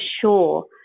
sure